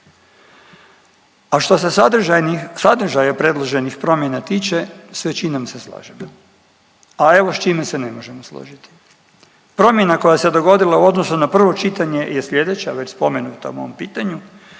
A što se sadržaja predloženih promjena tiče sa većinom se slažem, a evo s čime se ne možemo složiti. Promjena koja se dogodila u odnosu na prvo čitanje je sljedeća, već spomenuta u ovom pitanju